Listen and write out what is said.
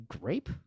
grape